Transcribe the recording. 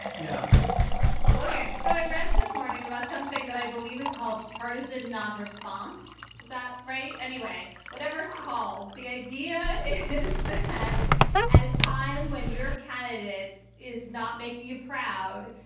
yeah ok. so i read this morning about something that i believe is called partisan nonresponse. is that right? anyway, whatever it's called, the idea is that at a time when your candidate is not making you proud.